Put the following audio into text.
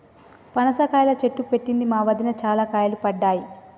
పనస కాయల చెట్టు పెట్టింది మా వదిన, చాల కాయలు పడ్డాయి